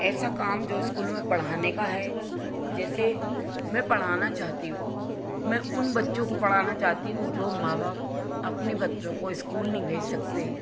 ऐसा काम जो स्कूलों में पढ़ाने का है जैसे मैं पढ़ाना चाहती हूँ मैं उन बच्चों को पढ़ाना चाहती हूँ जो माँ बाप अपने बच्चों को स्कूल नहीं भेज सकते